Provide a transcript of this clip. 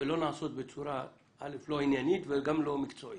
ולא נעשות בצורה עניינית וגם לא מקצועית.